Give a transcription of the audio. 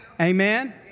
Amen